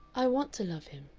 i want to love him.